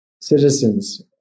citizens